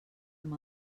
amb